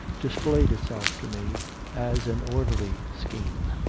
dis played itself to me as an orderly scheme.